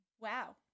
Wow